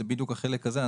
זה בדיוק החלק הזה.